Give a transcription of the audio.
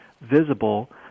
visible